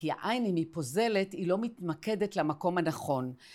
כי העין, אם היא פוזלת, היא לא מתמקדת למקום הנכון.